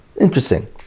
Interesting